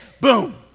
Boom